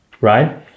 right